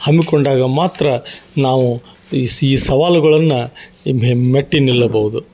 ಹಮ್ಮಿಕೊಂಡಾಗ ಮಾತ್ರ ನಾವು ಈ ಸೀ ಸವಾಲುಗಳನ್ನು ಮೆಟ್ಟಿ ನಿಲ್ಲಬಹುದು